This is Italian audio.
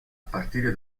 partire